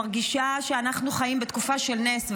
מרגישה שאנחנו חיים בתקופה של נס.